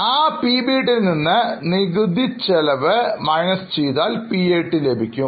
ആ PBT നിന്നും നികുതി ചെലവ് കുറച്ചാൽ PAT ലഭിക്കും